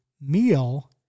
meal